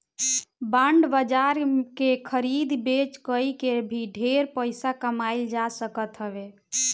bond बाजार के खरीद बेच कई के भी ढेर पईसा कमाईल जा सकत हवे